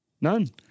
None